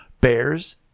bears